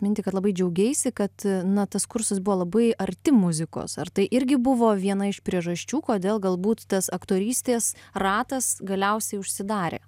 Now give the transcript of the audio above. mintį kad labai džiaugeisi kad na tas kursas buvo labai arti muzikos ar tai irgi buvo viena iš priežasčių kodėl galbūt tas aktorystės ratas galiausiai užsidarė